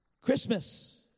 Christmas